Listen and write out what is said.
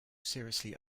seriously